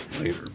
later